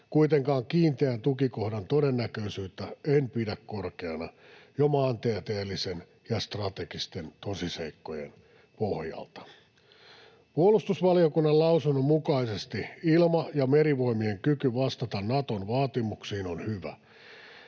kuitenkaan kiinteän tukikohdan todennäköisyyttä en pidä korkeana jo maantieteellisten ja strategisten tosiseikkojen pohjalta. Puolustusvaliokunnan lausunnon mukaisesti ilma- ja merivoimien kyky vastata Naton vaatimuksiin on hyvä.